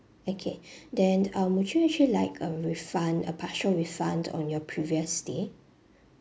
okay then um would you actually like a refund a partial refund on your previous stay